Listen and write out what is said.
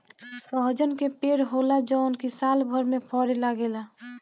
सहजन के पेड़ होला जवन की सालभर में फरे लागेला